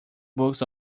books